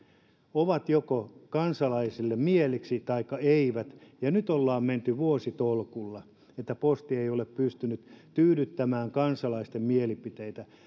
ovat joko kansalaisille mieliksi taikka eivät ja nyt ollaan menty vuositolkulla niin että posti ei ole pystynyt tyydyttämään kansalaisten mielipiteitä